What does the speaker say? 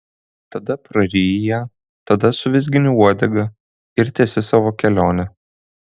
tada praryji ją tada suvizgini uodega ir tęsi savo kelionę